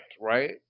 right